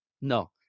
No